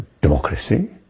democracy